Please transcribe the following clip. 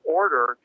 order